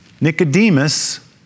Nicodemus